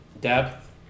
depth